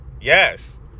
Yes